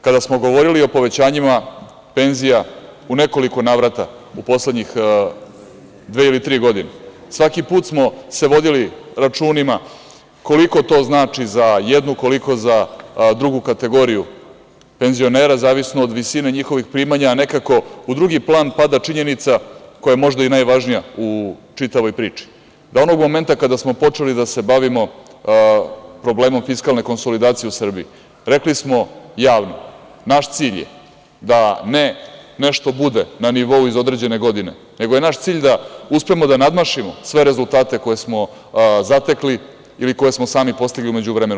Kada smo govorili o povećanju penzija u nekoliko navrata u poslednje dve ili tri godine, svaki put smo se vodili računima koliko to znači za jednu, koliko za drugu kategoriju penzionera, zavisno od visine njihovih primanja, a nekako u drugi plan pada činjenica koja je možda najvažnija u čitavoj priči, da onog momenta kada smo počeli da se bavimo problemom fiskalne konsolidacije u Srbiji rekli smo javno - naš cilj je da ne nešto bude na nivou iz određene godine, nego je naš cilj da uspemo da nadmašimo sve rezultate koje smo zatekli ili koje smo sami postigli u međuvremenu.